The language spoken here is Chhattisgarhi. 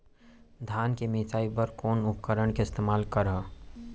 धान के मिसाई बर कोन उपकरण के इस्तेमाल करहव?